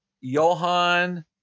Johan